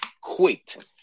quit